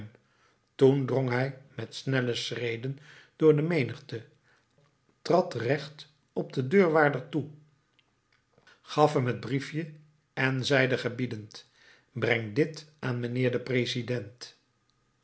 drong hij met snelle schreden door de menigte trad recht op den deurwaarder toe gaf hem het briefje en zeide gebiedend breng dit aan mijnheer den president